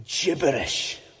gibberish